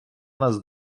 нас